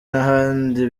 n’ahandi